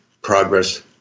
Progress